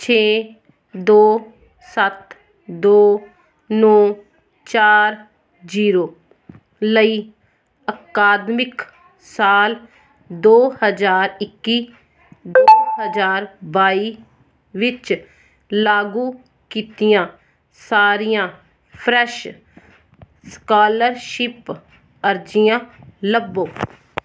ਛੇ ਦੋ ਸੱਤ ਦੋ ਨੌਂ ਚਾਰ ਜੀਰੋ ਲਈ ਅਕਾਦਮਿਕ ਸਾਲ ਦੋ ਹਜ਼ਾਰ ਇੱਕੀ ਦੋ ਹਜ਼ਾਰ ਬਾਈ ਵਿੱਚ ਲਾਗੂ ਕੀਤੀਆਂ ਸਾਰੀਆਂ ਫਰੈੱਸ਼ ਸਕਾਲਰਸ਼ਿਪ ਅਰਜੀਆਂ ਲੱਭੋ